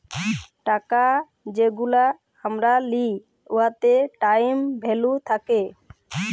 টাকা যেগলা আমরা লিই উয়াতে টাইম ভ্যালু থ্যাকে